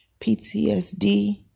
PTSD